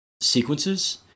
sequences